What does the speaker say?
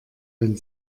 wenn